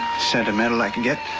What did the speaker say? sentimental i can get.